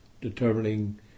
determining